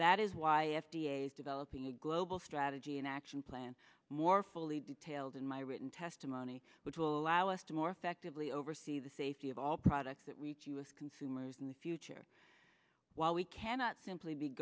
that is why f d a is developing a global strategy an action plan more fully detailed in my written testimony which will allow us to more effectively oversee the safety of all products that we do with consumers in the future while we cannot simply be